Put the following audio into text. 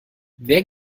wer